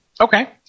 Okay